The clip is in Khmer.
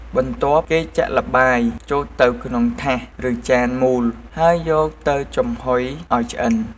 បន្ទាប់គេចាក់ល្បាយចូលទៅក្នុងថាស ឬចានមូល ហើយយកទៅចំហុយឱ្យឆ្អិន។